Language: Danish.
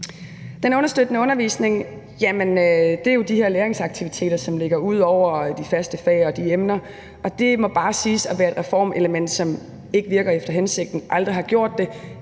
Den understøttende undervisning er jo de her læringsaktiviteter, som ligger ud over de faste fag og de emner, og det må bare siges at være et reformelement, som ikke virker efter hensigten, aldrig har gjort det,